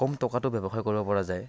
কম টকাতো ব্যৱসায় কৰিব পৰা যায়